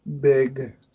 Big